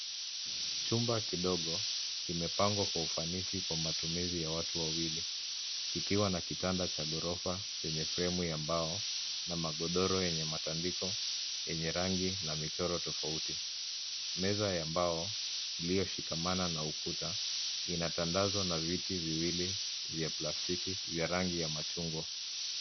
Chumba kidogo kimepangwa kwa ufanisi kwa matumizi ya watu wawili kikiwa na kitanda cha ghorofa chenye frame ya mbao na magodoro yenye matandiko yenye rangi na michoro tofauti. Meza ya mbao, iliyoshikamana na ukuta inatandazwa na viti viwili vya plastiki vya rangi ya machungwa.